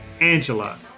Angela